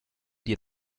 dir